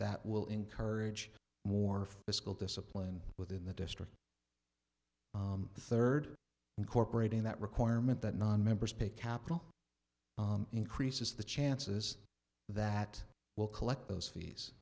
that will encourage more fiscal discipline within the district third incorporating that requirement that nonmembers pay capital increases the chances that we'll collect those fees